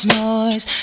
noise